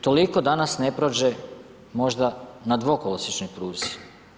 Toliko danas ne prođe možda na dvokolosiječnoj pruzi.